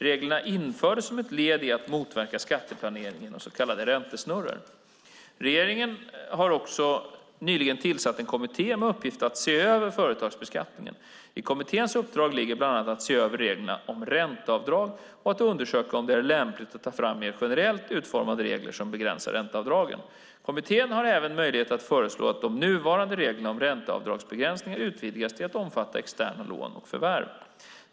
Reglerna infördes som ett led i att motverka skatteplanering genom så kallade räntesnurror. Regeringen har också nyligen tillsatt en kommitté med uppgift att se över företagsbeskattningen . I kommitténs uppdrag ligger bland annat att se över reglerna om ränteavdrag och att undersöka om det är lämpligt att ta fram mer generellt utformade regler som begränsar ränteavdragen. Kommittén har även möjlighet att föreslå att de nuvarande reglerna om ränteavdragsbegränsning utvidgas till att omfatta externa lån och förvärv.